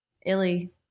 illy